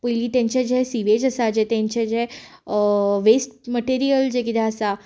पयलीं तेंचें जें सी वेस्ट आसा तेंचें जें वेस्ट मटिरीयल जें आसा